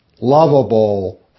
lovable